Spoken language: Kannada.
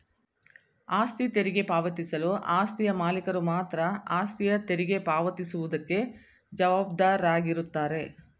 ಆಸ್ತಿ ತೆರಿಗೆ ಪಾವತಿಸಲು ಆಸ್ತಿಯ ಮಾಲೀಕರು ಮಾತ್ರ ಆಸ್ತಿಯ ತೆರಿಗೆ ಪಾವತಿ ಸುವುದಕ್ಕೆ ಜವಾಬ್ದಾರಾಗಿರುತ್ತಾರೆ